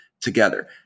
together